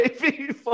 baby